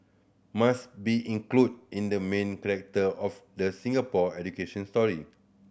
must be included in the main of the Singapore education story